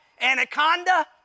anaconda